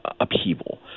upheaval